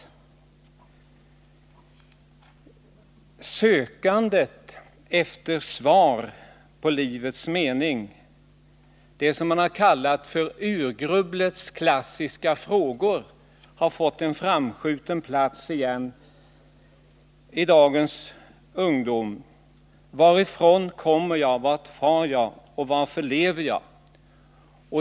Sökandet efter livets mening, det som man har kallat för urgrubblets klassiska frågor, har fått en framskjuten plats igen hos dagens ungdom: varifrån kommer jag, vart far jag och varför lever jag?